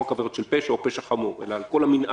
לא רק עבירות של פשע או פשע חמור אלא על כל המנעד.